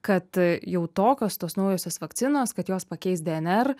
kad jau tokios tos naujosios vakcinos kad jos pakeis dnr